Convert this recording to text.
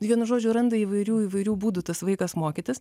vienu žodžiu randa įvairių įvairių būdų tas vaikas mokytis